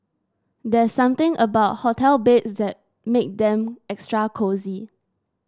there's something about hotel beds that make them extra cosy